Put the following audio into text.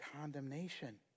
condemnation